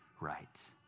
right